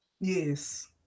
yes